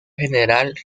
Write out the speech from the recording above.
general